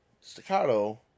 Staccato